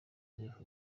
joseph